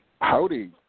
Howdy